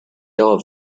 all